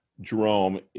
Jerome